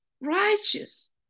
righteous